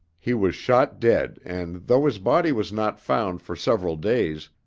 he was shot dead and though his body was not found for several days,